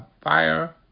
Fire